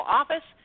office